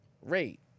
rate